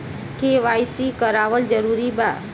KYC करवावल जरूरी बा?